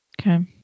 Okay